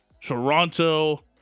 Toronto